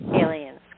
aliens